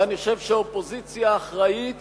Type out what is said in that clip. ואני חושב שאופוזיציה אחראית